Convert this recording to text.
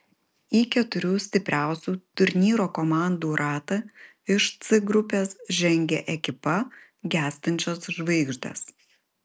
į keturių stipriausių turnyro komandų ratą iš c grupės žengė ekipa gęstančios žvaigždės